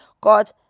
God